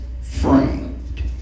framed